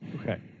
Okay